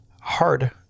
hard